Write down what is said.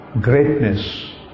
greatness